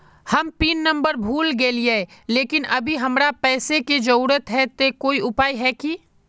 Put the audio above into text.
हम PIN number भूल गेलिये लेकिन अभी हमरा पैसा के जरुरत है ते कोई उपाय है की?